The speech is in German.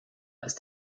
ist